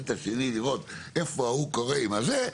את השני לראות איפה ההוא קורה עם הזה,